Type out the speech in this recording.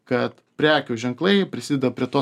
kad prekių ženklai prisideda prie to